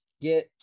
get